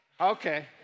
Okay